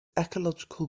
ecological